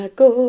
go